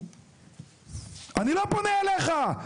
אני לא פונה אליך.